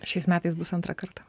šiais metais bus antrą kartą